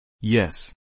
Yes